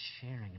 sharing